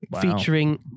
featuring